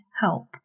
help